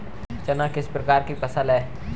चना किस प्रकार की फसल है?